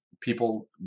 people